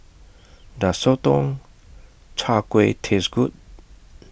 Does Sotong Char Kway Taste Good